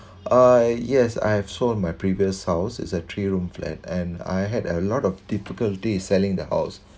uh yes I have sold my previous house it's a three room flat and I had a lot of difficulties selling the house